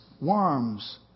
worms